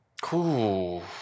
Cool